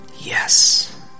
Yes